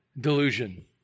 delusion